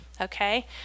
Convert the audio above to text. okay